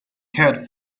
cared